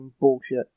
bullshit